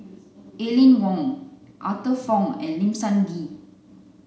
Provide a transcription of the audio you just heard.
Aline Wong Arthur Fong and Lim Sun Gee